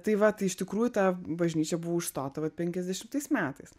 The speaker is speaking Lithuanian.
tai va tai iš tikrųjų ta bažnyčia buvo užstota va penkiasdešimtais metais